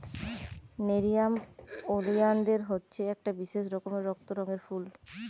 nerium oleander হচ্ছে একটা বিশেষ রকমের রক্ত রঙের ফুল